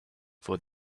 for